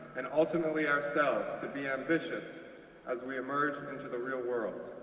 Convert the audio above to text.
and ultimately, ourselves, to be ambitious as we emerge into the real world.